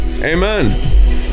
Amen